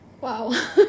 wow